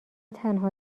تنها